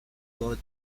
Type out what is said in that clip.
thought